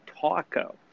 Taco